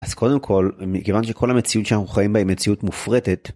אז קודם כל, מכיוון שכל המציאות שאנחנו חיים בה היא מציאות מופרטת.